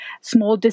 small